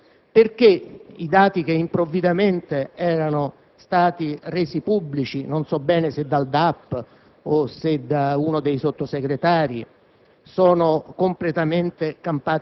più corrispondenti al vero. Perché i dati improvvidamente resi pubblici - non so bene se dal DAP o da uno dei Sottosegretari